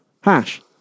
hash